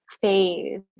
phase